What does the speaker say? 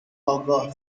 آگاه